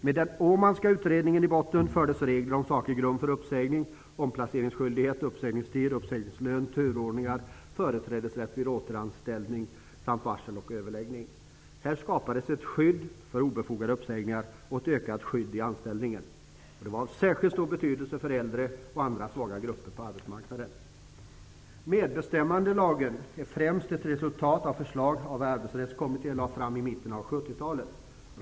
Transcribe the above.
Med den Åhmanska utredningen i botten infördes regler om saklig grund för uppsägning, omplaceringsskyldighet, uppsägningstid, uppsägningslön, turordningar, företrädesrätt vid återanställning samt varsel och överläggning. Här skapades ett skydd mot obefogade uppsägningar och ett ökat anställningsskydd. Det var av särskilt stor betydelse för äldre och andra svaga grupper på arbetsmarknaden. Medbestämmandelagen är främst ett resultat av de förslag som Arbetsrättskommitén lade fram i mitten av 1970-talet.